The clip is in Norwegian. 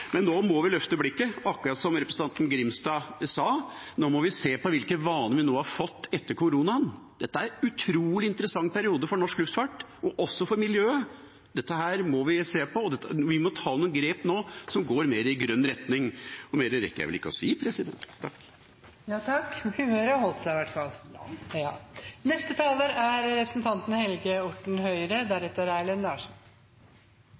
Men nå må vi løfte blikket, akkurat som representanten Grimstad sa. Nå må vi se på hvilke vaner vi har fått etter koronaen. Det er en utrolig interessant periode for norsk luftfart og også for miljøet. Dette må vi se på, og vi må ta noen grep som går mer i grønn retning. Mer rekker jeg vel ikke å si, president. Takk – humøret holdt seg i hvert fall!